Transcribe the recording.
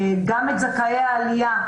גם את זכאי העלייה,